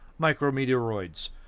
micrometeoroids